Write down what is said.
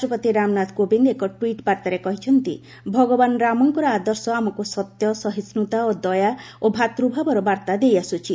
ରାଷ୍ଟ୍ରପତି ରାମନାଥ କୋବିନ୍ଦ ଏକ ଟ୍ୱିଟ୍ ବାର୍ତ୍ତାରେ କହିଛନ୍ତି ଭଗବାନ ରାମଙ୍କର ଆଦର୍ଶ ଆମକୁ ସତ୍ୟ ସହିଷ୍ଣୁତା ଦୟା ଓ ଭ୍ରାତୃଭାବର ବାର୍ତ୍ତା ଦେଇଆସୁଛି